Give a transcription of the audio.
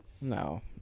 no